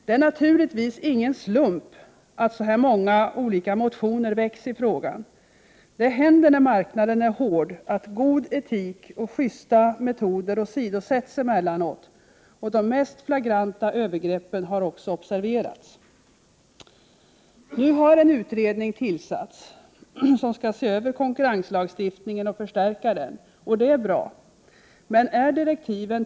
Det är naturligtvis ingen slump att så många olika motioner väckts i frågan. Det händer när marknaden är hård att god etik och schysta metoder emellanåt åsidosätts, och de mest flagranta övergreppen har också observerats. Nu har en utredning tillsatts, som skall se över konkurrenslagstiftningen Prot. 1988/89:126 och förstärka den. Det är bra.